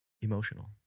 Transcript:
emotional